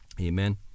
Amen